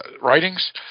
writings